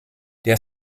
der